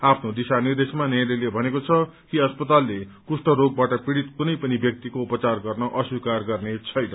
आफ्नो दिशा निर्देशमा न्यायालयले भनेको छ कि अस्पतालले कुष्ठ रोगबाट पीड़ित कुनै पनि व्यक्तिको उपचार गर्न अस्वीकार गर्नेछन्